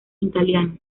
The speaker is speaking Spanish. italiano